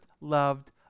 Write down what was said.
loved